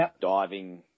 diving